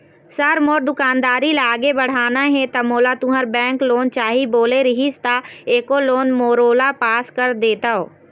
Sir मोर दुकानदारी ला आगे बढ़ाना हे ता मोला तुंहर बैंक लोन चाही बोले रीहिस ता एको लोन मोरोला पास कर देतव?